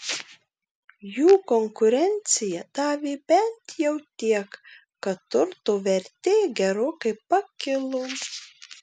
jų konkurencija davė bent jau tiek kad turto vertė gerokai pakilo